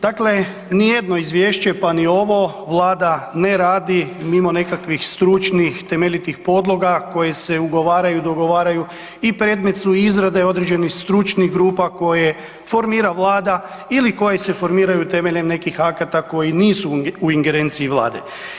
Dakle, nijedno izvješće, pa ni ovo vlada ne radi mimo nekakvih stručnih i temeljitih podloga koje se ugovaraju i dogovaraju i predmet su izrade određenih stručnih grupa koje formira vlada ili koje se formiraju temeljem nekih akata koji nisu u ingerenciji vlade.